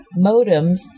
modems